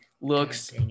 looks